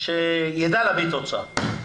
שיידע להביא תוצאה.